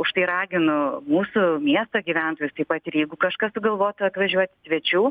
už tai raginu mūsų miesto gyventojus taip pat ir jeigu kažkas sugalvotų atvažiuot svečių